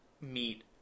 meet